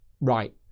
Right